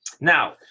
Now